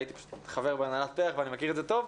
הייתי חבר בהנהלת פר"ח ואני מכיר את זה טוב.